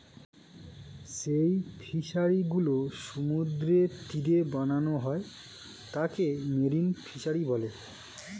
যেই ফিশারি গুলো সমুদ্রের তীরে বানানো হয় তাকে মেরিন ফিসারী বলে